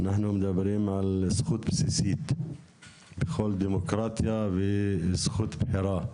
אנחנו מדברים על זכות בסיסית בכל דמוקרטיה והיא זכות בחירה,